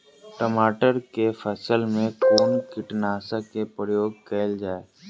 टमाटर केँ फसल मे कुन कीटनासक केँ प्रयोग कैल जाय?